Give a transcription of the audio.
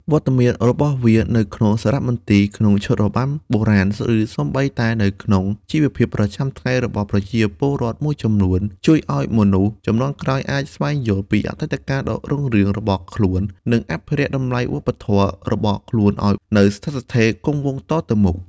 វត្តមានរបស់វា នៅក្នុងសារមន្ទីរ ក្នុងឈុតរបាំបុរាណ ឬសូម្បីតែនៅក្នុងជីវភាពប្រចាំថ្ងៃរបស់ប្រជាពលរដ្ឋមួយចំនួន ជួយឱ្យមនុស្សជំនាន់ក្រោយអាច ស្វែងយល់ ពីអតីតកាលដ៏រុងរឿងរបស់ខ្លួន និង អភិរក្សតម្លៃវប្បធម៌ របស់ខ្លួនឱ្យនៅស្ថិតស្ថេរគង់វង្សទៅមុខទៀត។